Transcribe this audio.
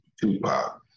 Tupac